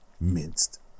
minced